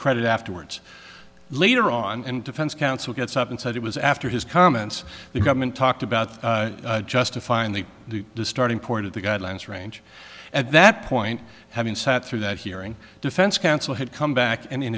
credit afterwards later on in defense counsel gets up and said it was after his comments the government talked about justifying the distorting port of the guidelines range at that point having sat through that hearing defense counsel had come back and in